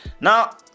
Now